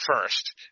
first